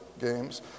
games